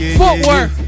footwork